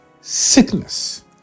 sickness